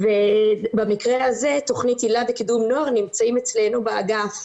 ובמקרה הזה תכנית היל"ה וקידום נוער נמצאים אצלנו באגף.